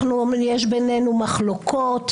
יש בינינו מחלוקות,